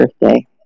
birthday